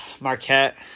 Marquette